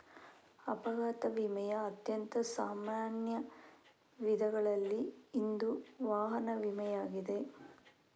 ಅಪಘಾತ ವಿಮೆಯ ಅತ್ಯಂತ ಸಾಮಾನ್ಯ ವಿಧಗಳಲ್ಲಿ ಇಂದು ವಾಹನ ವಿಮೆಯಾಗಿದೆ